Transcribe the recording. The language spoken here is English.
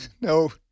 No